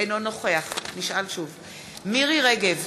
אינו נוכח מירי רגב,